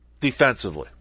defensively